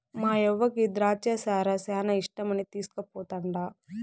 మాయవ్వకి ద్రాచ్చ సారా శానా ఇష్టమని తీస్కుపోతండా